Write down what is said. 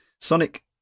Sonic